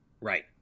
Right